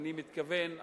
אני מתכוון,